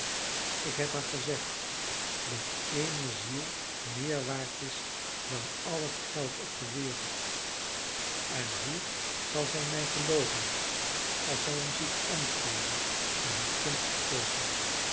ik heb haar gezegd dat ééne ziel meer waard is dan al het geld op de wereld en hoe zal zij mij gelooven als zij ons ziet omkeeren en haar kind verkoopen